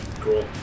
Cool